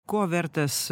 ko vertas